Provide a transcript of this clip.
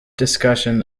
discussion